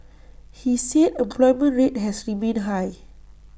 he said employment rate has remained high